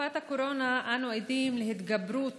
בתקופת הקורונה אנו עדים להתגברות